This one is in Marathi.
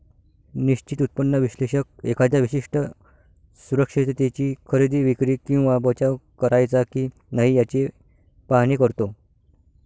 निश्चित उत्पन्न विश्लेषक एखाद्या विशिष्ट सुरक्षिततेची खरेदी, विक्री किंवा बचाव करायचा की नाही याचे पाहणी करतो